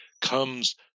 comes